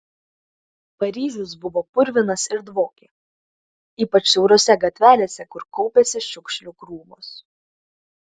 paryžius buvo purvinas ir dvokė ypač siaurose gatvelėse kur kaupėsi šiukšlių krūvos